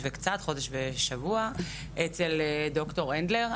ושבוע אצל דר' הנדלר.